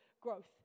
growth